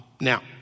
Now